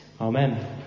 Amen